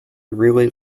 really